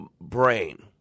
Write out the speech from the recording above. brain